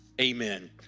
Amen